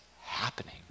happening